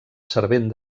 servent